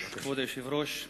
כבוד היושב-ראש,